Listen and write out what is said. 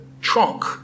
trunk